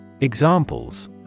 Examples